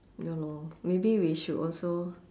ya lor maybe we should also